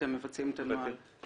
אתם מבצעים את הנוהל,